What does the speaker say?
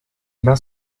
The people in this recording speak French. main